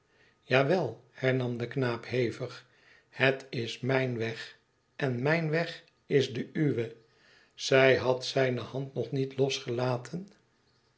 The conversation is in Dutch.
wel hernam de knaap hevig het is mijn weg en mijn weg is de uwe zij had zijne hand nog niet losgelaten